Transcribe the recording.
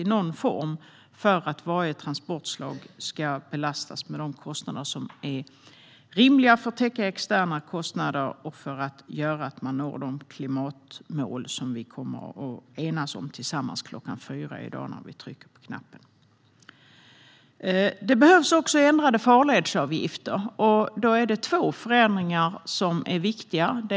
Det handlar om att varje transportslag ska belastas med de kostnader som är rimliga för att täcka externa kostnader och för att vi ska nå de klimatmål vi tillsammans kommer att enas om när vi trycker på knappen kl. 16 i dag. Det behövs också ändrade farledsavgifter, och det är två förändringar som är viktiga.